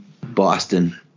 Boston